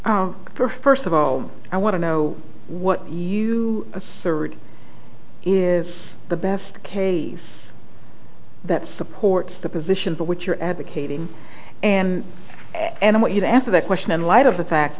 for first of all i want to know what you assert is the best case that supports the position but what you're advocating and and what you've asked the question in light of the fact